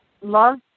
love